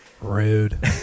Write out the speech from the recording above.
Rude